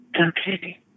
Okay